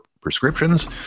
prescriptions